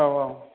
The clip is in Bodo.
औ औ